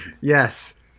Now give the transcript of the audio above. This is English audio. Yes